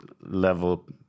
level